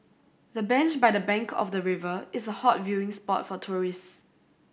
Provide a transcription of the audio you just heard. the bench by the bank of the river is a hot viewing spot for tourist